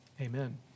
amen